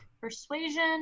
Persuasion